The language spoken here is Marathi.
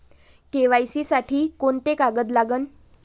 के.वाय.सी साठी कोंते कागद लागन?